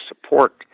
support